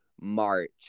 March